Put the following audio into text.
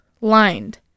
lined